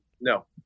no